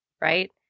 Right